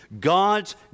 God's